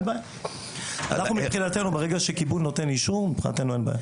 אז מבחינתנו אין בעיה.